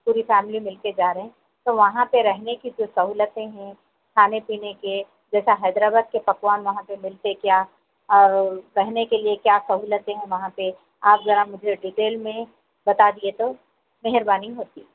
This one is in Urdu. پوری فیملی مل کے جا رہے تو وہاں پے رہنے کی جو سہولتیں ہیں کھانے پینے کے جیسا حیدر آباد کے پکوان وہاں پے ملتے کیا اور رہنے کے لیے کیا سہولتیں ہیں وہاں پہ آپ ذرا مجھے ڈیٹیل میں بتا دیے تو مہربانی ہوتی